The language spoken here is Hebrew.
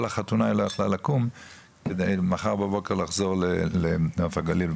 כל החתונה היא לא יכלה לקום למחרת בבוקר לחזור לנוף הגליל,